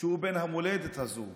שהוא בן המולדת הזו,